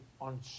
on